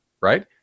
right